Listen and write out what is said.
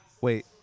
Wait